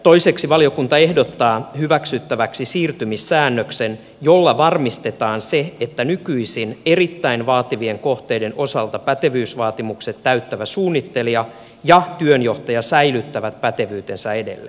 toiseksi valiokunta ehdottaa hyväksyttäväksi siirtymissäännöksen jolla varmistetaan se että nykyisin erittäin vaativien kohteiden osalta pätevyysvaatimukset täyttävä suunnittelija ja työnjohtaja säilyttävät pätevyytensä edelleen